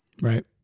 Right